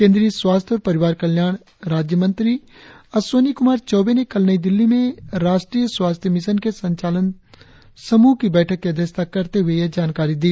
केंद्रीय स्वास्थ्य और परिवार कल्याण राज्यमंत्री अश्चिनी कुमार चौवे ने कल नई दिल्ली में राष्ट्रीय स्वास्थ्य मिशन के संचालन समूह की बैठक की अध्यक्षता करते हुए यह जानकारी दी